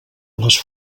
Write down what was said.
les